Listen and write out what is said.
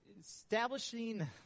establishing